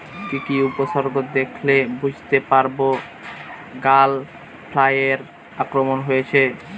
কি কি উপসর্গ দেখলে বুঝতে পারব গ্যাল ফ্লাইয়ের আক্রমণ হয়েছে?